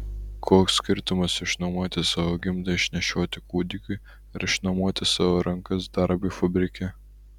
koks skirtumas išnuomoti savo gimdą išnešioti kūdikiui ar išnuomoti savo rankas darbui fabrike